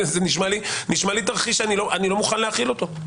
זה נשמע לי תרחיש שאני לא מוכן להכיל אותו.